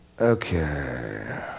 Okay